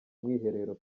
umwiherero